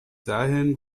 dahin